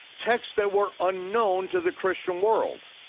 texts that were unknown to the christian world.